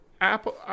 Apple